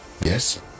Yes